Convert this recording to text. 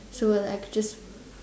so like I could just